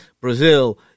Brazil